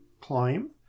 climb